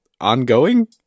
ongoing